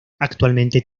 actualmente